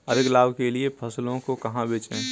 अधिक लाभ के लिए फसलों को कहाँ बेचें?